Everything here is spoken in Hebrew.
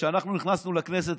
כשאנחנו נכנסנו לכנסת,